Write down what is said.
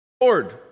Lord